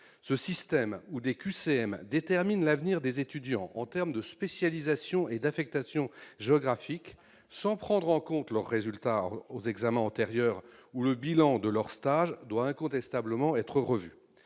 Ce système où des QCM déterminent l'avenir des étudiants en termes de spécialisation et d'affectation géographique, sans prendre en compte leurs résultats aux examens antérieurs ou le bilan de leurs stages doit incontestablement être revu.